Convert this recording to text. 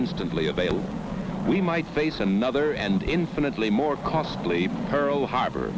instantly available we might face another and infinitely more costly pearl harbor